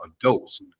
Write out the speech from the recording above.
Adults